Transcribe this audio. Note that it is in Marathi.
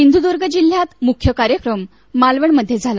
सिंधूदुर्ग जिल्ह्यात मुख्य कार्यक्रम मालवण मध्ये झाला